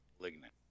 Malignant